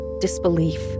disbelief